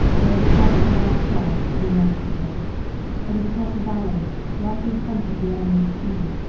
but i will tell of the last charge that we made together it was across a valley right in front of the enemy's cannon.